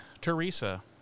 Teresa